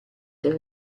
del